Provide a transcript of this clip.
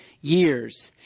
years